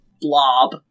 blob